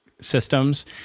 systems